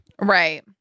Right